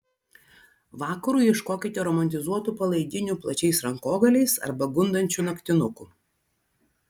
vakarui ieškokite romantizuotų palaidinių plačiais rankogaliais arba gundančių naktinukų